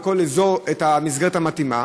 בכל אזור, המסגרת המתאימה.